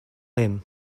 him